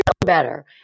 better